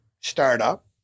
startup